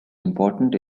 important